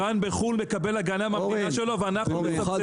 היצרן בחו"ל מקבל הגנה מהמדינה שלו ואנחנו מסבסדים --- אורן,